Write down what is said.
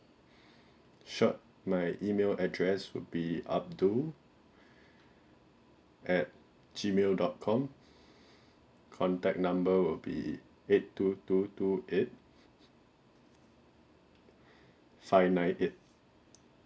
sure my email address would be abdul at gmail dot com contact number will be eight two two two eight five nine eight